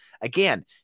Again